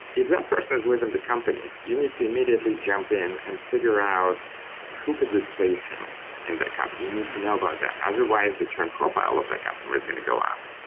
if that person is leaving the company, you need to immediately jump in and figure out who can replace him in that company. you need to know about that. otherwise, the return profile of that customer is going to go up,